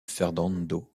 fernando